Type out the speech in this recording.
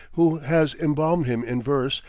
who has embalmed him in verse,